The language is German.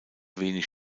wenig